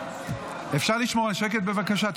אפשר לשמור על השקט, בבקשה?